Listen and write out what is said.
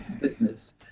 business